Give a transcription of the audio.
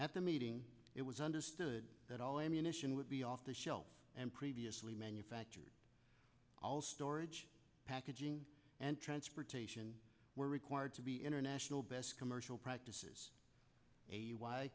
at the meeting it was understood that all ammunition would be off the shelf and previously manufactured all storage packaging and transportation were required to be international best commercial practices